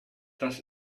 das